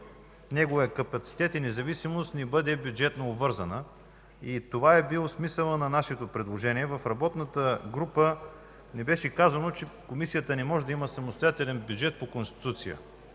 неговият капацитет и независимост не бъдат бюджетно обвързани. Такъв е бил смисълът на нашето предложение.В работната група ни беше казано, че Комисията не може да има самостоятелен бюджет по Конституция.